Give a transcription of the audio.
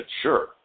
sure